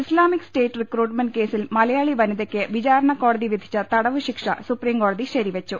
Islamic State recruitment കേസിൽ Malayali വനിതയ്ക്ക് വിചാരണക്കോടതി വിധിച്ച തടവുശിക്ഷ സുപ്രീംകോ ടതി ശരിവെച്ചു